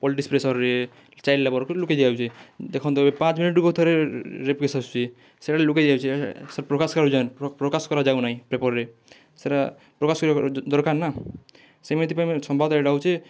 politics ପ୍ରେସର୍ରେ child ଲେବର୍କୁ ଲୁକେଇ ଦିଆଯାଉଛି ଦେଖନ୍ତୁ ଏବେ ପାଞ୍ଚ୍ ମିନିଟ୍କୁ ଥରେ ରେପ୍ କେସ୍ ଆସୁଛି ସେଇଟା ଲୁକେଇ ଦିଆଯାଉଛି ସେ ପ୍ରକାଶ କରା ପ୍ରକାଶ କରାଯାଉ ନାହିଁ ପେପର୍ରେ ସେଇଟା ପ୍ରକାଶ କରିବା ଦରକାର ନା ସେମିତି ପାଇଁ ସମ୍ୱାଦ ଏଇଟା ହେଉଛି